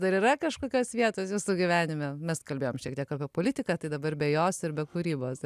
dar yra kažkokios vietos jūsų gyvenime mes kalbėjom šiek tiek apie politiką tai dabar be jos ir be kūrybos